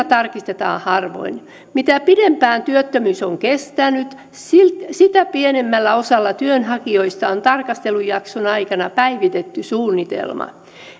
tarkistetaan harvoin mitä pidempään työttömyys on kestänyt sitä pienemmällä osalla työnhakijoista on tarkastelujakson aikana päivitetty suunnitelma